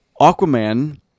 Aquaman